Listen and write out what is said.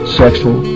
sexual